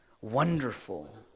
Wonderful